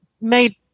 made